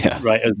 Right